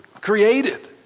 created